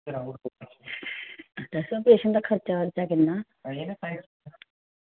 doctor साहब प्रेशन दा खर्चा किन्ना